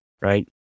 right